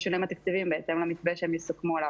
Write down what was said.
השינויים התקציביים בהתאם למתווה שהם יסכמו עליו.